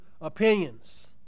opinions